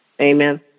amen